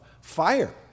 fire